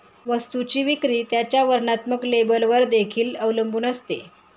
वस्तूची विक्री त्याच्या वर्णात्मक लेबलवर देखील अवलंबून असते